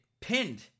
pinned